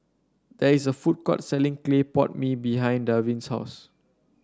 there is a food court selling Clay Pot Mee behind Darvin's house